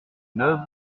neuve